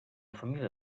família